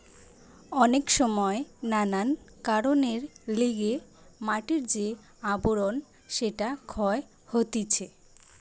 অনেক সময় নানান কারণের লিগে মাটির যে আবরণ সেটা ক্ষয় হতিছে